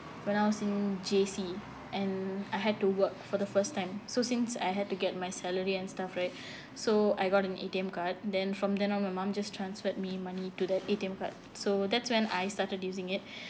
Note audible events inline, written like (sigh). when I was in J_C and I had to work for the first time so since I had to get my salary and stuff right (breath) so I got an A_T_M card then from then on my mum just transferred me money to that A_T_M card so that's when I started using it